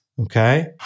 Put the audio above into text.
Okay